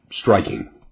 striking